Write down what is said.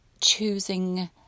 choosing